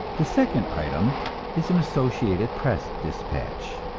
the second item is an associated press despatch